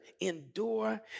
endure